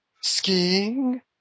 Skiing